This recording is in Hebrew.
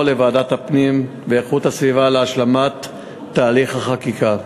לוועדת הפנים והגנת הסביבה להשלמת תהליך החקיקה.